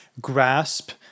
grasp